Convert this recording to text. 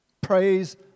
Praise